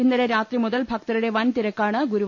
ഇന്നലെ രാത്രി മുതൽ ഭക്തരുടെ വൻ തിരക്കാണ് ഗുരുവാ യുരിൽ